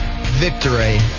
victory